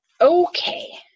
Okay